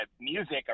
music